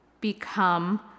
become